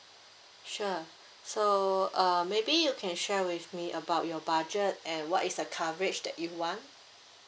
sure so uh maybe you can share with me about your budget and what is the coverage that you want